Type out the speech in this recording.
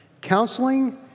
Counseling